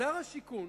שר השיכון,